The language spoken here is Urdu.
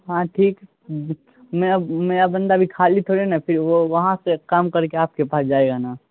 ہاں ٹھیک ہے میرا میرا بندہ ابھی خالی تھورے نہ ہے پھر وہ وہاں سے کام کر کے آپ کے پاس جائے گا نا